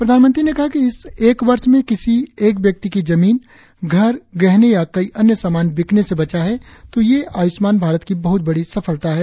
प्रधानमंत्री ने कहा कि इस एक वर्ष में किसी एक व्यक्ति की जमीन घर गहने या कई अन्य सामान बिकने से बचा है तो ये आयुष्मान भारत की बहुत बड़ी सफलता है